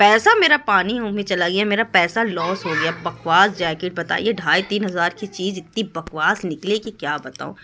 پیسہ میرا پانیوں میں چلا گیا میرا پیسہ لوس ہو گیا بکواس جاکٹ بتائیے ڈھائی تین ہزار کی چیز اتنی بکواس نکلی کہ کیا بتاؤں